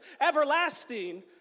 everlasting